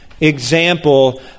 example